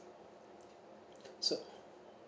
so